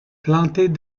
plantés